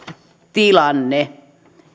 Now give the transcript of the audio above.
tilanne